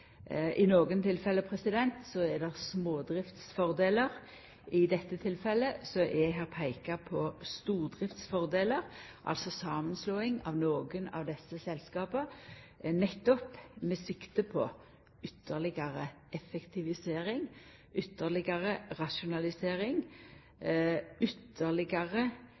I nokre tilfelle er det smådriftsfordelar. I dette tilfellet er det peikt på stordriftsfordelar, altså samanslåing av nokre av desse selskapa, nettopp med sikte på ytterlegare effektivisering, ytterlegare rasjonalisering,